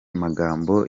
magambo